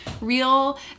real